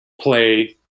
play